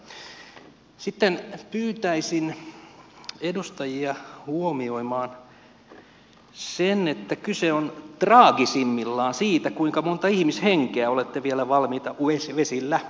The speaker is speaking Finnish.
sitten pyytäisin edustajia huomioimaan sen että kyse on traagisimmillaan siitä kuinka monta ihmishenkeä olette valmiita vielä vesillä uhraamaan